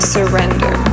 Surrender